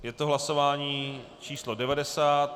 Je to hlasování číslo 90.